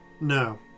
No